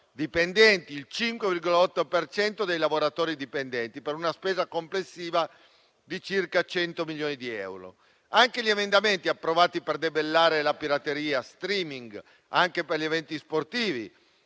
per cento dei lavoratori dipendenti), per una spesa complessiva di circa 100 milioni di euro. Vi sono poi anche gli emendamenti approvati per debellare la pirateria *streaming*, pure per gli eventi sportivi: